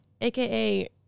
AKA